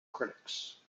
critics